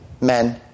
Men